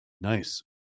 Nice